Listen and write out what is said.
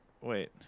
Wait